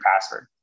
password